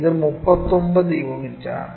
ഇത് 39 യൂണിറ്റാണ്